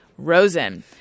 Rosen